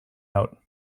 out